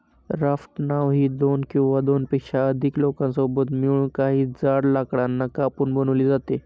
raft नाव ही दोन किंवा दोनपेक्षा अधिक लोकांसोबत मिळून, काही जाड लाकडांना कापून बनवली जाते